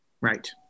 Right